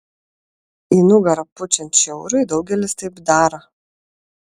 į nugarą pučiant šiauriui daugelis taip daro